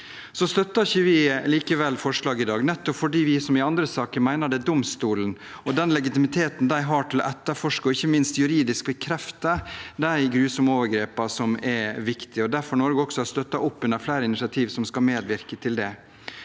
Så støtter vi likevel ikke forslaget i dag, nettopp fordi vi som i andre saker mener det er domstolene og den legitimiteten de har til å etterforske og ikke minst juridisk bekrefte de grusomme overgrepene, som er viktig. Derfor har Norge også støttet opp under flere initiativ som skal medvirke til det.